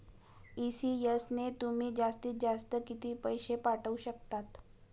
ECS ने तुम्ही जास्तीत जास्त किती पैसे पाठवू शकतात?